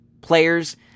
Players